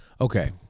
Okay